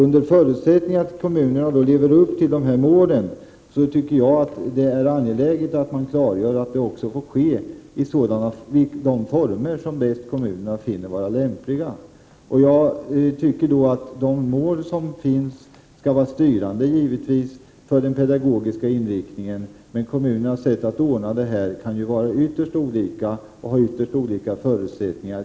Under förutsättning att kommunerna lever upp till målen tycker jag att det är angeläget att man klargör att det får ske i de former som kommunerna finner vara mest lämpliga. Jag tycker då att de mål som finns skall vara styrande för den pedagogiska inriktningen, men kommunernas sätt att ordna det kan vara ytterst olika och haytterst olika förutsättningar.